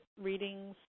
readings